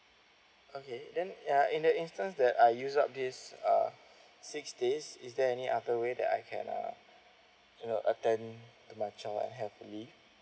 okay then ya in the instance that I used up this uh six days is there any other way that I can uh you know attend to my child when I have to leave